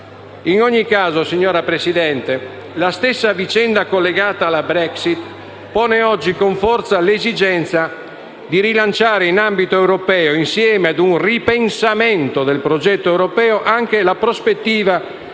In ogni caso, signora Presidente, la stessa vicenda collegata alla Brexit pone oggi con forza l'esigenza di rilanciare nell'ambito dell'Unione, insieme ad un ripensamento del progetto europeo, anche la prospettiva di una